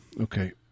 Okay